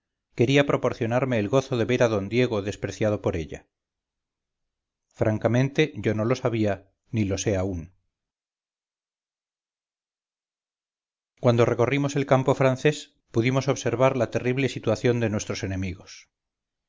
quería proporcionarme el gozo de ver a d diego despreciado por ella francamente yo no lo sabía ni lo sé aún cuando recorrimos el campo francés pudimos observar la terrible situación de nuestros enemigos